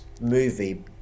movie